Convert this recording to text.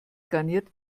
garniert